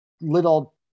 little